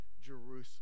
Jerusalem